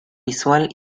visual